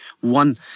one